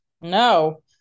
No